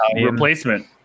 Replacement